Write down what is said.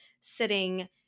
sitting